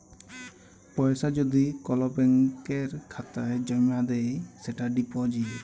পয়সা যদি কল ব্যাংকের খাতায় জ্যমা দেয় সেটা ডিপজিট